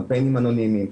קמפיינים אנונימיים,